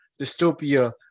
dystopia